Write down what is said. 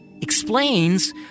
explains